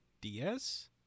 DS